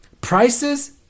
prices